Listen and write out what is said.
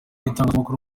w’itangazamakuru